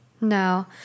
no